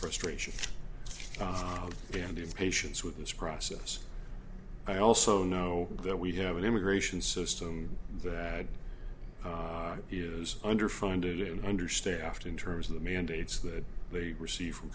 frustration dandies patience with this process i also know that we do have an immigration system that was underfunded and understaffed in terms of the mandates that they receive from